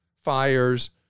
fires